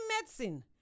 medicine